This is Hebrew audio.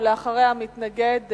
ואחריה, מתנגד,